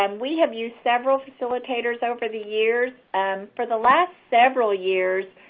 um we have used several facilitators over the years. and for the last several years,